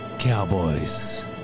Cowboys